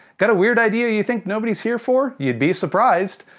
got a weird idea you think nobody's here for? you'd be surprised!